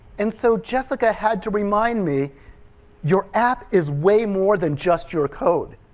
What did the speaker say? and so jessica had to remind me your app is way more than just your code.